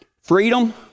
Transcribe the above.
Freedom